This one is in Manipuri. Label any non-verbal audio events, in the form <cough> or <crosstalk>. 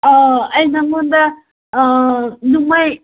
ꯑꯩ ꯅꯉꯣꯟꯗ <unintelligible>